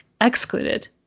excluded